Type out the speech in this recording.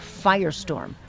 firestorm